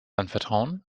anvertrauen